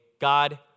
God